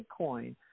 Bitcoin